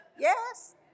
Yes